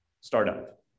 startup